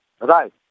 Right